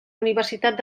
universitat